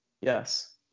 Yes